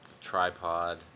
tripod